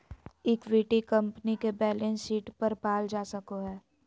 equity company के balance sheet पर पाल जा सको हइ